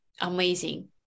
Amazing